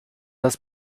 das